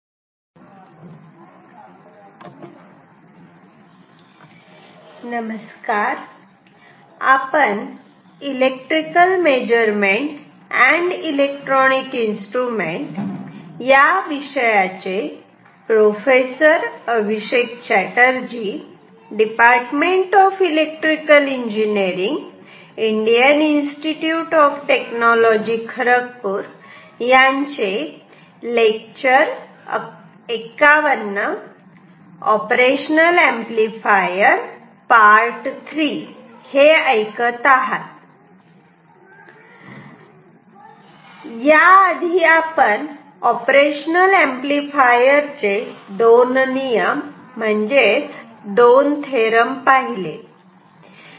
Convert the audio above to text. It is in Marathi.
बॅकग्राऊंड ऑपरेशनल एंपलीफायर III याआधी आपण ऑपरेशनल ऍम्प्लिफायर चे दोन नियम म्हणजेच थेरम पाहिले